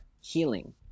healing